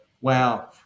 wow